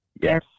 Yes